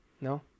No